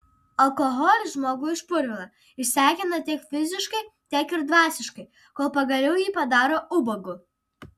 alkoholis žmogų išpurvina išsekina tiek fiziškai tiek ir dvasiškai kol pagaliau jį padaro ubagu